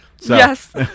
Yes